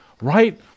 right